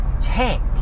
tank